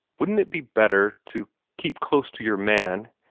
wouldn't it be better to keep close to your man?